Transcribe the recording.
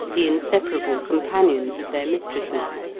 the inseparable companions of their mistresses.